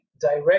direct